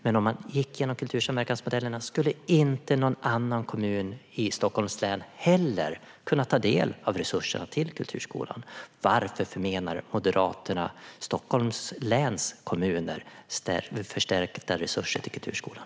Men om man gick via kultursamverkansmodellen skulle inte någon annan kommun i Stockholms län heller kunna ta del av resurserna till kulturskolan. Varför förmenar Moderaterna Stockholms läns kommuner förstärkta resurser till kulturskolan?